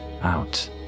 out